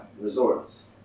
Resorts